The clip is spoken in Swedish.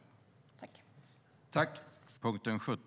Härmed var överläggningen avslutad.